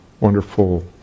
wonderful